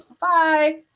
Bye